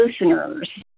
listeners